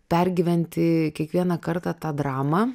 pergyventi kiekvieną kartą tą dramą